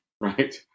Right